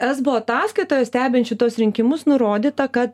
esbo ataskaitoje stebint šituos rinkimus nurodyta kad